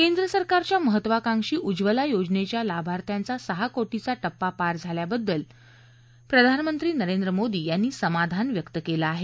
केंद्र सरकारच्या महत्वाकांक्षी उज्वला योजनेच्या लाभार्थ्यांचा सहा कोटींचा टप्पा पार झाल्याबद्दल प्रधानमंत्री नरेंद्र मोदी यांनी समाधान व्यक्त केलं आहे